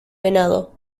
venado